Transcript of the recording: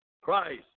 Christ